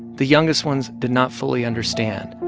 the youngest ones did not fully understand,